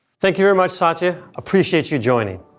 thank you very much, satya. appreciate you joining.